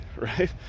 right